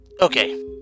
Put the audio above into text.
Okay